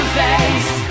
face